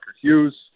Hughes